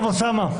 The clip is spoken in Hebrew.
אוסאמה,